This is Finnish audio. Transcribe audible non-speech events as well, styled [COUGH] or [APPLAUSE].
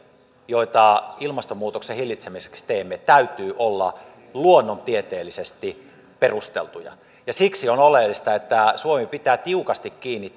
joita ilmastonmuutoksen hillitsemiseksi teemme täytyy olla luonnontieteellisesti perusteltuja siksi on oleellista että suomi pitää tiukasti kiinni [UNINTELLIGIBLE]